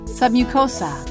submucosa